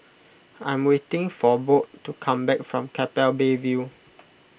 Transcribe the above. I'm waiting for Bode to come back from Keppel Bay View